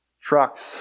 trucks